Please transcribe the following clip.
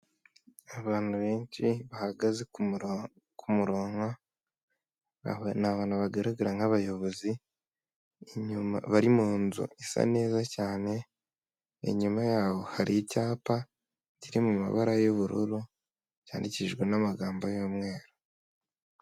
Abantu benshi bahagaze kumurongo ni abantu bagaragara nkabayobozi inyuma bari munzu isa neza cyane inyuma yabo hari icyapa kiri mumabara yubururu cyandikijwe n'amagambo yumweru .